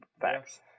facts